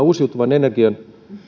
uusiutuvan energian